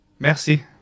Merci